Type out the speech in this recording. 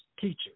teachers